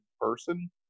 person